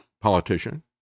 politician